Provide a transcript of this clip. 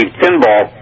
pinball